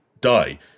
die